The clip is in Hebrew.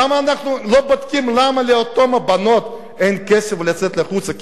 למה אנחנו לא בודקים למה לאותן הבנות אין כסף לצאת החוצה?